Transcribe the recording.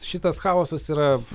šitas chaosas yra